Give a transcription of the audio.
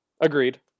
Agreed